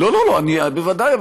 לא, בוודאי.